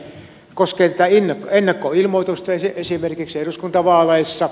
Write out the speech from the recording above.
ne koskevat tätä ennakkoilmoitusta esimerkiksi eduskuntavaaleissa